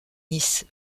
nice